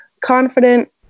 confident